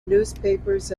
newspapers